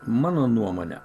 mano nuomone